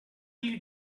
you